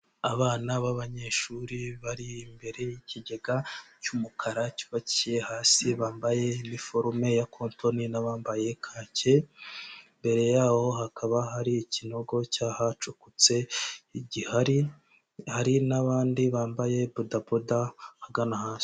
Abana b'abanyeshuri bari imbere y'ikigega cy'umukara cyubakiye hasi, bambaye iniforume ya cotton n'abambaye kake, imbere y'aho hakaba hari ikinogo cyahacukutse gihari, hari n'abandi bambaye bodaboda ahagana hasi.